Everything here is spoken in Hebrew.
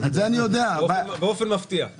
באופן מפתיע.